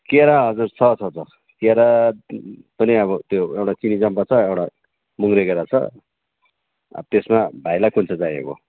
केरा हजुर छ छ छ केरा पनि अब त्यो एउटा चिनीचम्पा छ एउटा मुङ्रे केरा छ अब त्यसमा भाइलाई कुन चाहिँ चाहिएको हो